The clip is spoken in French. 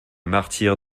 martyr